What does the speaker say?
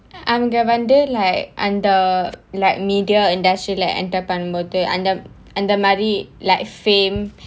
அங்க வந்து:anga vanthu like அந்த:antha like media industry பண்ணும்போது அந்த மாறி:pannum pothu antha maari like fame